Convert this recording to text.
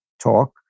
talk